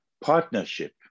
partnership